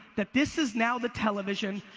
that this is now the television,